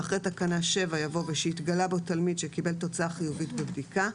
" אחרי תקנה 7 יבוא "..ושהתגלה בו תלמיד שקיבל תוצאה חיובית בבדיקה".